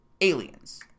aliens